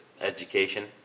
education